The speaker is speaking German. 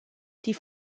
die